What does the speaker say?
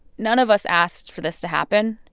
none of us asked for this to happen.